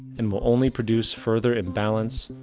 and will only produce further imbalance,